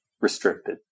restricted